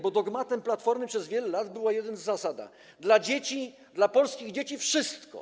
Bo dogmatem Platformy przez wiele lat była jedna zasada: dla dzieci, dla polskich dzieci, wszystko.